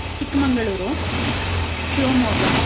Chikkamagaluru Shivamogga